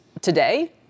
today